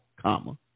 comma